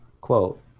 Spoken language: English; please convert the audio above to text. quote